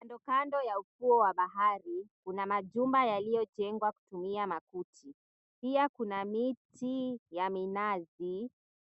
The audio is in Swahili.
Kandokando ya ufuo wa bahari, kuna majumba yaliyojengwa kutumia makuti. Pia kuna miti ya minazi